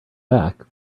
back